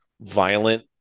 violent